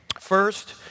First